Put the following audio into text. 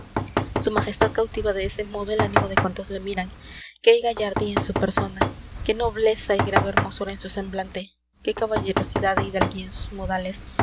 su majestad cautiva de ese modo el ánimo de cuantos le miran qué gallardía en su persona qué nobleza y grave hermosura en su semblante qué caballerosidad e hidalguía en sus modales